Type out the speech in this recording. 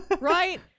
right